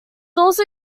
also